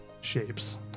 shapes